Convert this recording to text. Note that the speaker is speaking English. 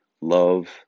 love